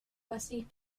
rusty